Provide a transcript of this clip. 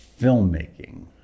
filmmaking